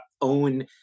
own